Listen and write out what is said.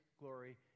glory